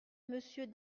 monsieur